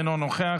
אינו נוכח,